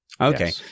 Okay